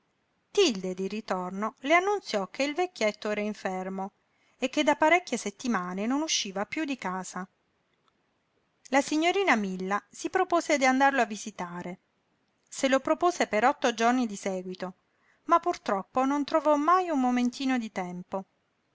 tilde di ritorno le annunziò che il vecchietto era infermo e che da parecchie settimane non usciva piú di casa la signorina milla si propose di andarlo a visitare se lo propose per otto giorni di seguito ma purtroppo non trovò mai un momentino di tempo